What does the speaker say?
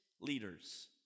leaders